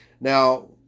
Now